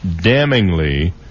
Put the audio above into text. damningly